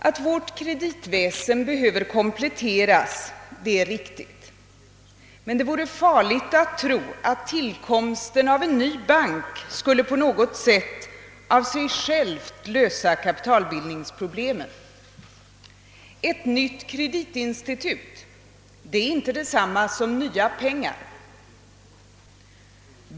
Att vårt kreditväsen behöver kompletteras är riktigt, men det vore farligt att tro att tillkomsten av en ny bank på något sätt av sig själv skulle lösa kapitalbildningsproblemen. Ett nytt kreditinstitut är inte detsamma som nya pengar.